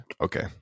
Okay